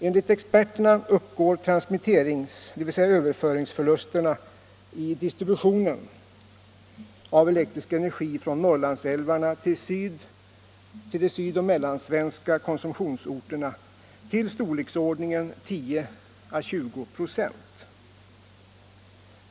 Enligt experterna uppgår transmitteringsförlusterna — dvs. överföringsförlusterna — i distributionen av elektrisk energi från Norrlandsälvarna till de sydoch mellansvenska industriorterna till storleksordningen 10 å 20 96.